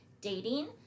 dating